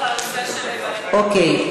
לוועדת החינוך על הנושא של, אוקיי.